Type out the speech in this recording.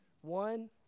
One